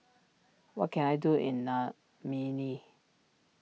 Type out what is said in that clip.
what can I do in